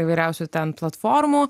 įvairiausių ten platformų